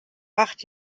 acht